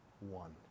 one